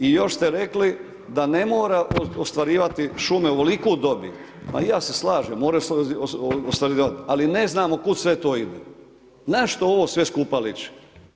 I još ste rekli da ne moraju ostvariti šume ovoliku dobit, ma i ja se slažem, moraju se ostvarivati, ali ne znamo kud sve to ide, na što ovo sve skupa liči?